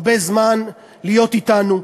הרבה זמן להיות אתנו.